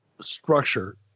structure